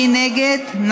מי נגד?